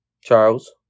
Charles